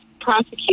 prosecute